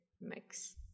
mix